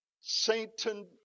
Satan